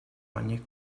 ogni